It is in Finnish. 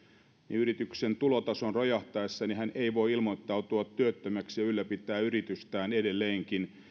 yrityksen tulotason rojahtaessa ei ole voinut ilmoittautua työttömäksi ja ylläpitää yritystään edelleenkin